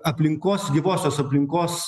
aplinkos gyvosios aplinkos